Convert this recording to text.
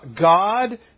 God